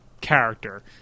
character